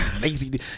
lazy